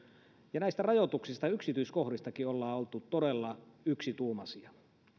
ja näistä rajoituksista yksityiskohdistakin ollaan oltu todella yksituumaisia